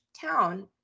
town